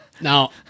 Now